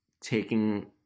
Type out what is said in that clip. taking